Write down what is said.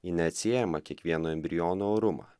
į neatsiejamą kiekvieno embriono orumą